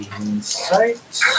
Insight